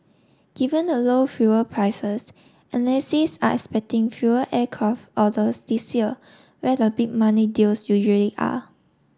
given the low fuel prices analysts are expecting fewer aircraft orders this year where the big money deals usually are